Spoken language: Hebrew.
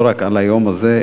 לא רק על היום הזה,